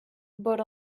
but